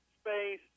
space